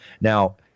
Now